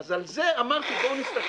אז על זה אמרתי: בואו נסתכל,